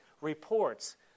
reports